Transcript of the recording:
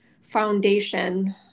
foundation